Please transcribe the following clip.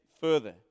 further